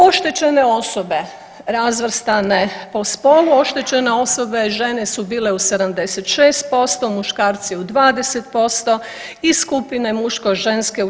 Oštećene osobe razvrstane po spolu, oštećene osobe žene su bile u 76%, muškarci u 20% i skupine muško ženske u 4%